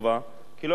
כי לא יכולים לעמוד בו.